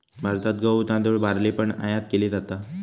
भारतात गहु, तांदुळ, बार्ली पण आयात केली जाता